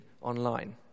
online